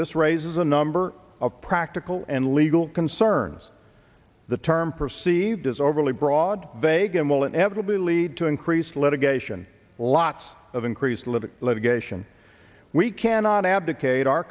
this raises a number of practical and legal concerns the term perceived as overly broad vague and will inevitably lead to increased litigation lots of increased living litigation we cannot abdicate our